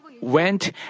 went